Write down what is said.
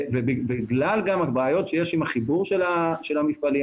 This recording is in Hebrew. ובגלל הבעיות שיש עם החיבור של המפעלים,